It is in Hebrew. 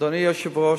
אדוני היושב-ראש?